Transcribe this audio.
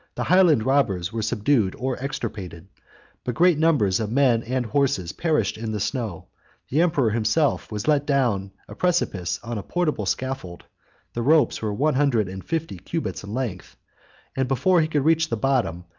the highland robbers were subdued or extirpated but great numbers of men and horses perished in the snow the emperor himself was let down a precipice on a portable scaffold the ropes were one hundred and fifty cubits in length and before he could reach the bottom,